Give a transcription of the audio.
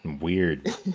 weird